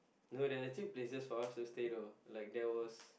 no there are actually places for us to stay though like there was